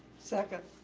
second.